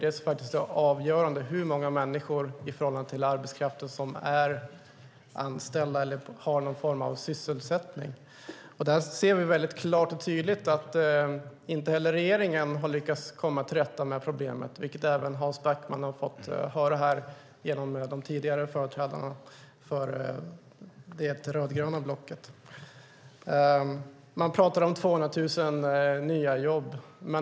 Det är faktiskt avgörande för hur många som i förhållande till arbetskraften är anställda eller har någon form av sysselsättning. Vi kan klart och tydligt se att inte heller den nuvarande regeringen har lyckats komma till rätta med problemet, vilket Hans Backman fått höra av företrädarna för det rödgröna blocket. Det talas om 200 000 nya jobb.